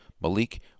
Malik